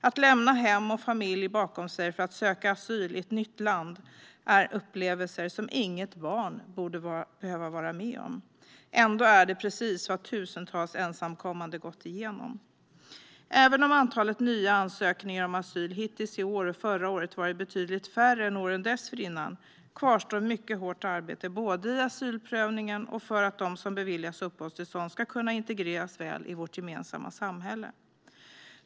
Att lämna hem och familj bakom sig för att söka asyl i ett nytt land är något som inget barn borde behöva vara med om. Ändå är det precis vad tusentals ensamkommande gått igenom. Även om antalet nya ansökningar om asyl hittills i år och förra året varit betydligt färre än åren dessförinnan kvarstår mycket hårt arbete både i asylprövningen och för att de som beviljas uppehållstillstånd ska kunna integreras väl i vårt gemensamma samhälle.